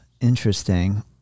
Interesting